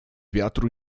wiatru